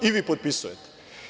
I, vi potpisujete.